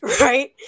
Right